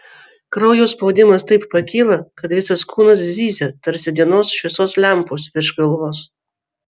kraujo spaudimas taip pakyla kad visas kūnas zyzia tarsi dienos šviesos lempos virš galvos